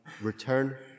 return